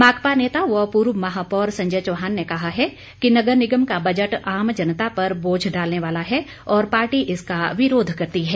माकपा नेता य पूर्व महापौर संजय चौहान ने कहा है कि नगर निगम का बजट आम जनता पर बोझ डालने याला है और पार्टी इसका विरोध करती है